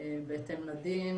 בהתאם לדין.